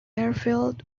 airfield